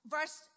Verse